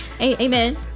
Amen